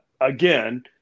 again